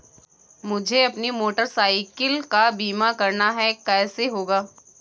मुझे अपनी motorcycle का बीमा करना है कैसे होगा?